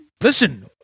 Listen